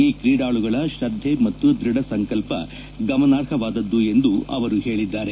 ಈ ಕ್ರೀಡಾಳುಗಳ ಶ್ರದ್ದೆ ಮತ್ತು ದ್ಬಧ ಸಂಕಲ್ಪ ಗಮನಾರ್ಹವಾದದ್ದು ಎಂದು ಅವರು ಹೇಳಿದ್ದಾರೆ